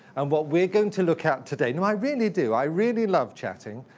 and what we're going to look out today no, i really do. i really love chatting.